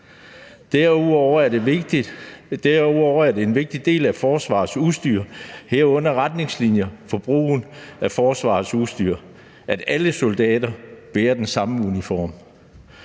Derudover er det en vigtig del af forsvaret, herunder retningslinjer for brugen af forsvarets udstyr, at alle soldater bærer den samme uniform.